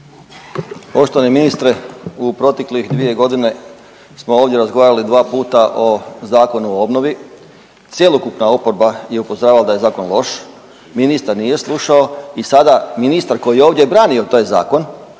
Poštovani ministre, u proteklih dvije godine smo ovdje razgovarali dva puta o Zakonu o obnovi. Cjelokupna oporba je upozoravala da je zakon loš, ministar nije slušao i sada ministar koji je ovdje branio taj zakon